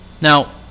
Now